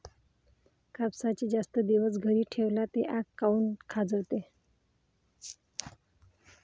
कापसाले जास्त दिवस घरी ठेवला त आंग काऊन खाजवते?